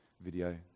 video